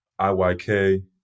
IYK